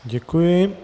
Děkuji.